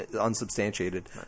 unsubstantiated